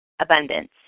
abundance